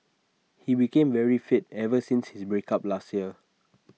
he became very fit ever since his break up last year